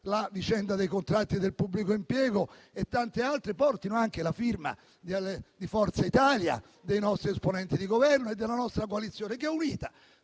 la vicenda dei contratti del pubblico impiego e tante altre portino anche la firma di Forza Italia, dei nostri esponenti di Governo e della nostra coalizione, che è unita.